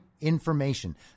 information